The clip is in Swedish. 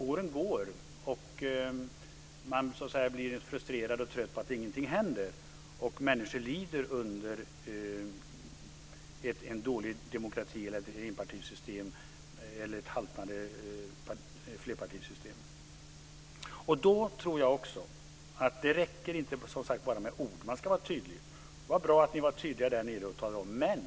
Åren går, och man blir frustrerad och trött på att ingenting händer. Människor lider under en dålig demokrati, ett enpartisystem eller ett haltande flerpartisystem. Då tror jag inte att det räcker med ord. Man ska vara tydlig. Det var bra att ni var tydliga i Tanzania och talade om hur det var.